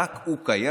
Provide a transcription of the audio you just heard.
רק הוא קיים,